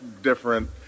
different